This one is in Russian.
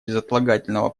безотлагательного